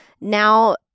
now